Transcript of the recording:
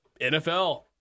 NFL